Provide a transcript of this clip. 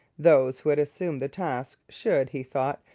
those who had assumed the task should, he thought,